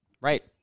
right